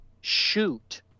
shoot